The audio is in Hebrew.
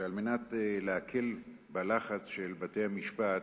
ועל מנת להקל את הלחץ בבתי-המשפט,